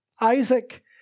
Isaac